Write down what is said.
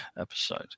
episode